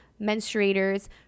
menstruators